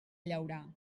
llaurar